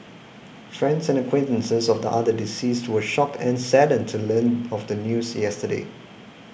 friends and acquaintances of the other deceased were shocked and saddened to learn of the news yesterday